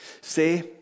Say